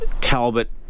Talbot